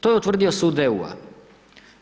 To je utvrdio sud EU-a.